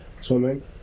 swimming